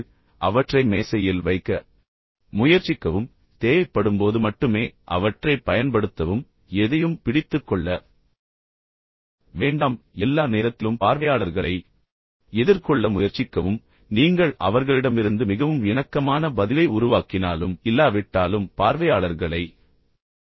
இப்போது அவற்றை மேசையில் வைக்க முயற்சிக்கவும் தேவைப்படும்போது மட்டுமே அவற்றைப் பயன்படுத்தவும் எனவே எதையும் பிடித்துக் கொள்ள வேண்டாம் எல்லா நேரத்திலும் பார்வையாளர்களை எதிர்கொள்ள முயற்சிக்கவும் நீங்கள் அவர்களிடமிருந்து மிகவும் இணக்கமான பதிலை உருவாக்கினாலும் இல்லாவிட்டாலும் பார்வையாளர்களை எதிர்கொள்ளுங்கள்